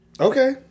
Okay